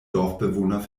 dorfbewohner